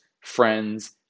friends